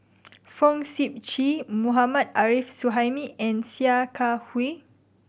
Fong Sip Chee Mohammad Arif Suhaimi and Sia Kah Hui